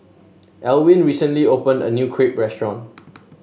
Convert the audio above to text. Alwin recently opened a new Crepe Restaurant